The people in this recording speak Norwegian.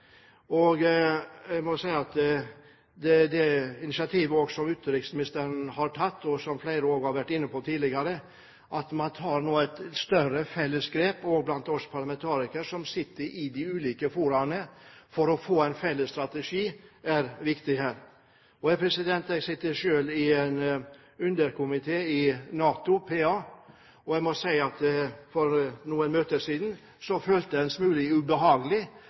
Det initiativet som utenriksministeren har tatt, som flere har vært inne på tidligere, om at man tar et større felles grep, også vi parlamentarikere som sitter i de ulike foraene, for å få til en felles strategi, er viktig her. Jeg sitter selv i en underkomité i NATO PA. For noen møter siden følte jeg